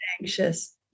anxious